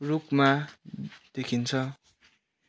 रूपमा देखिन्छ